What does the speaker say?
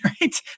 right